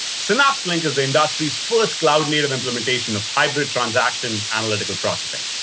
synapse link is the industry's first cloud native implementation of hybrid transaction analytical processing.